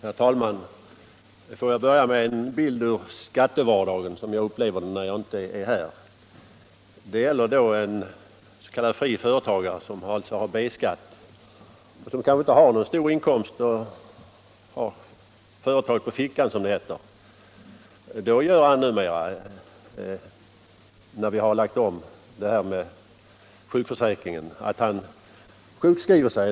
Herr talman! Får jag börja med en bild ur skattevardagen, som jag upplever den när jag inte är här. Det gäller en s.k. fri företagare, som alltså har B-skatt och som kanske inte har någon stor inkomst — han har företaget på fickan, som det heter. Då gör han numera, sedan vi har lagt om sjukförsäkringen, så att han sjukskriver sig.